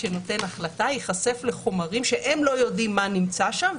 שנותן החלטה ייחשף לחומרים שהם לא יודעים מה נמצא שם,